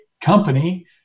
company